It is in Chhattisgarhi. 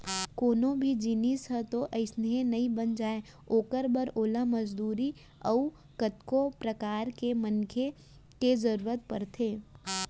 कोनो भी जिनिस ह तो अइसने नइ बन जाय ओखर बर ओला मजदूरी अउ कतको परकार के मनखे के जरुरत परथे